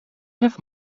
have